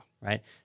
Right